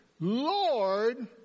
Lord